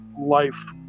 life